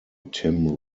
tim